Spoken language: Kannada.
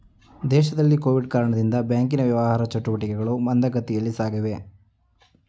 ದೇಶದಲ್ಲಿ ಕೊವಿಡ್ ಕಾರಣದಿಂದ ಬ್ಯಾಂಕಿನ ವ್ಯವಹಾರ ಚಟುಟಿಕೆಗಳು ಮಂದಗತಿಯಲ್ಲಿ ಸಾಗಿವೆ